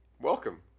Welcome